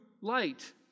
light